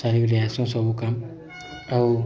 ସାରିକିରି ଆସୁଁ ସବୁ କାମ୍ ଆଉ